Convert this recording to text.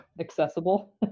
Accessible